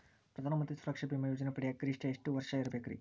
ಪ್ರಧಾನ ಮಂತ್ರಿ ಸುರಕ್ಷಾ ಭೇಮಾ ಯೋಜನೆ ಪಡಿಯಾಕ್ ಗರಿಷ್ಠ ಎಷ್ಟ ವರ್ಷ ಇರ್ಬೇಕ್ರಿ?